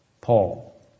Paul